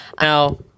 Now